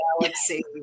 galaxy